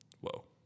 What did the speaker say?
whoa